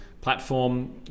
platform